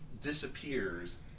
disappears